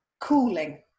cooling